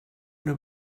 una